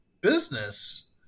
business